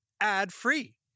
ad-free